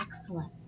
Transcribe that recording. excellent